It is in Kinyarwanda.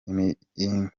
impirimbanyi